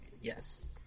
Yes